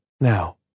Now